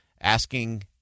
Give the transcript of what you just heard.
asking